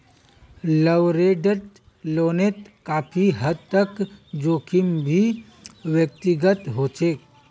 leveraged लोनोत काफी हद तक जोखिम भी व्यक्तिगत होचे